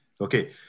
Okay